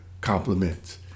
compliments